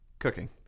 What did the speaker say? cooking